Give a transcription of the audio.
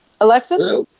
Alexis